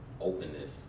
openness